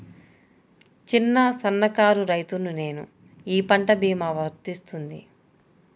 చిన్న సన్న కారు రైతును నేను ఈ పంట భీమా వర్తిస్తుంది?